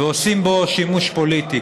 ועושים בו שימוש פוליטי,